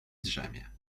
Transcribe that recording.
drzemie